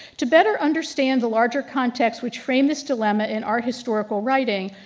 to better understand the larger context which frame this dilemma in art historical writing,